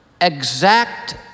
exact